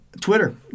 Twitter